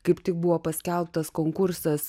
kaip tik buvo paskelbtas konkursas